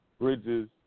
bridges